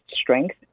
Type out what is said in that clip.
strength